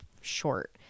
short